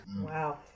Wow